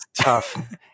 tough